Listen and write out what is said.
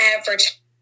average